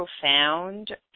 profound